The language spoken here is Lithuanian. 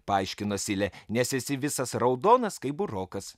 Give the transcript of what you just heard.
paaiškino silė nes esi visas raudonas kaip burokas